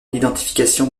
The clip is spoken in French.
l’identification